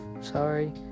sorry